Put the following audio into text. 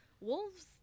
wolves